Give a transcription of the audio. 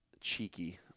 cheeky